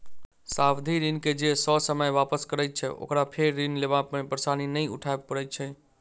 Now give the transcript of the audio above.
सावधि ऋण के जे ससमय वापस करैत छै, ओकरा फेर ऋण लेबा मे परेशानी नै उठाबय पड़ैत छै